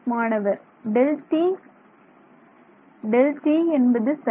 மாணவர் Δt Δt என்பது சரி